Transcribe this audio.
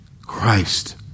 Christ